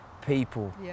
people